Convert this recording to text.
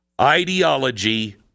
Ideology